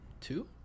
two